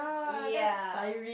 ya